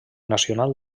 nacional